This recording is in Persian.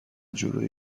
جلوی